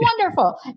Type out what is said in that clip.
wonderful